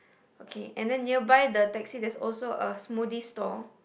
okay and then nearby the taxi there's also a smoothie store